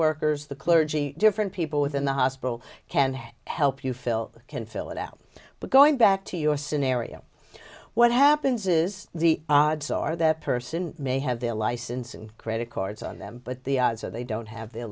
workers the clergy different people within the hospital can help you fill can fill it out but going back to your scenario what happens is the odds are that person may have their license and credit cards on them but the odds are they don't have